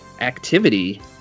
activity